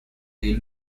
they